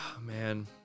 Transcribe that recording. man